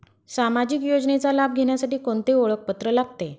सामाजिक योजनेचा लाभ घेण्यासाठी कोणते ओळखपत्र लागते?